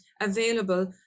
available